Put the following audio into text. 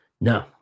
No